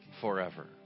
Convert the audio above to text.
forever